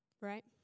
Right